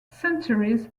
centuries